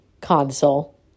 console